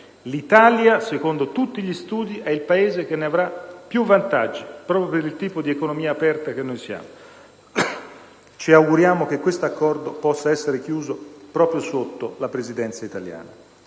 rilevante. Secondo tutti gli studi, l'Italia è il Paese che ne avrà più vantaggi, proprio per il tipo di economia aperta che abbiamo. Ci auguriamo che tale accordo possa essere chiuso proprio sotto la Presidenza italiana.